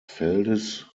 feldes